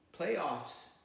playoffs